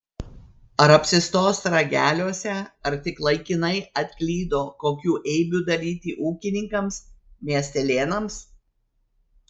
ar apsistos rageliuose ar tik laikinai atklydo kokių eibių daryti ūkininkams miestelėnams